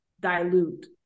dilute